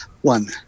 one